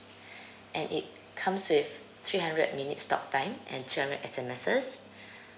and it comes with three hundred minutes talk time and three hundred S_M_Ses